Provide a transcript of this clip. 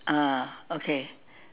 ah okay